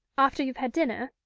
after you've had dinner.